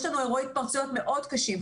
יש לנו אירועי התפרצויות מאוד קשים,